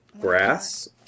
grass